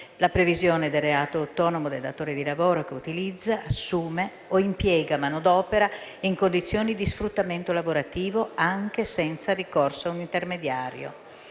la previsione del reato autonomo del datore di lavoro che utilizza, assume o impiega manodopera in condizioni di sfruttamento lavorativo, anche senza il ricorso a un intermediario.